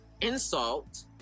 insult